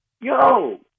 Yo